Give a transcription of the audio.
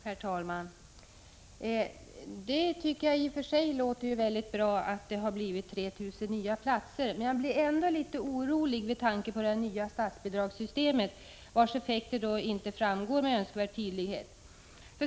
Herr talman! Det låter i och för sig väldigt bra att 3 000 nya platser skapats. Ändå blir jag litet orolig med tanke på det nya statsbidragssystemet, vars effekter inte framgår med önskvärd tydlighet.